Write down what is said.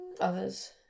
Others